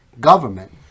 government